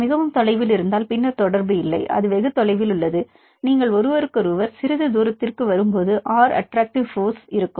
மிகவும் தொலைவில் இருந்தால் பின்னர் தொடர்பு இல்லை அது வெகு தொலைவில் உள்ளது நீங்கள் ஒருவருக்கொருவர் சிறிது தூரத்திற்கு வரும்போது R அட்டராக்ட்டிவ் போர்ஸ் இருக்கும்